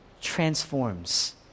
transforms